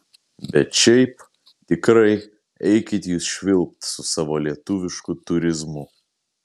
bet šiaip tikrai eikit jūs švilpt su savo lietuvišku turizmu